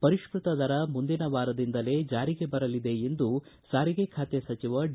ಪರಿಷ್ಟತ ದರ ಮುಂದಿನ ವಾರದಿಂದಲೇ ಜಾರಿಗೆ ಬರಲಿದೆ ಎಂದು ಸಾರಿಗೆ ಬಾತೆ ಸಚಿವ ಡಿ